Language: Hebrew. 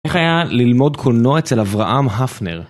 איך היה ללמוד קולנוע אצל אברהם הפנר?